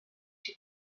she